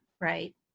Right